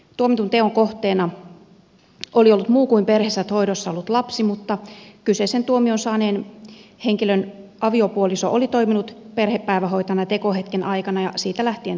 tuomitun teon kohteena oli ollut muu kuin perheessä hoidossa ollut lapsi mutta kyseisen tuomion saaneen henkilön aviopuoliso oli toiminut perhepäivähoitajana tekohetken aikana ja siitä lähtien tauotta